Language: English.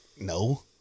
No